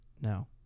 No